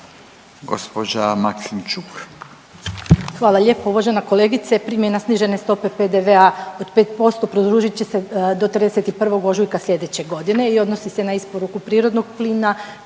Ljubica (HDZ)** Hvala lijepo. Uvažena kolegice, primjena snižene stope PDV-a od 5% produžit će se do 31. ožujka slijedeće godine i odnosi se na isporuku prirodnog plina,